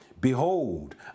Behold